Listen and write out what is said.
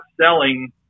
selling